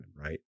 right